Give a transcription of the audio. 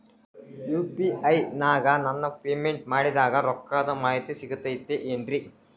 UPI ನಾಗ ನಾನು payment ಮಾಡಿದ ರೊಕ್ಕದ ಮಾಹಿತಿ ಸಿಕ್ತದೆ ಏನ್ರಿ?